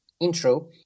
intro